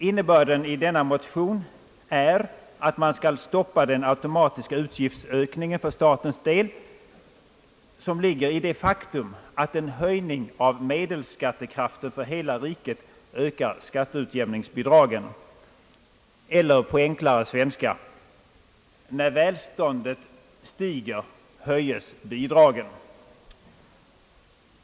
Innebörden i denna motion är att man skall stoppa den automatiska utgiftsökning för statens del, som ligger i det faktum att en höjning av medelskattekraften för hela riket ökar skatteutjämningsbidragen, eller på enklare svenska: när välståndet stiger höjes bidragen.